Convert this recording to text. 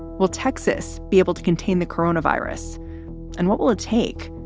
will texas be able to contain the corona virus and what will it take?